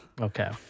okay